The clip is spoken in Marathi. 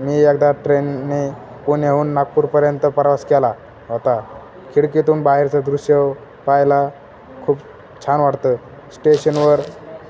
मी एकदा ट्रेनने पुण्याहून नागपूरपर्यंत प्रवास केला होता खिडकीतून बाहेरचं दृश्य पाहायला खूप छान वाटतं स्टेशन वर